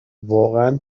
واقعا